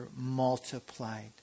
multiplied